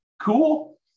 Cool